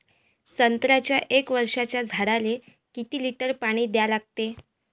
संत्र्याच्या एक वर्षाच्या झाडाले किती लिटर पाणी द्या लागते?